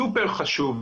סופר חשוב,